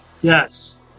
yes